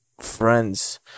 friends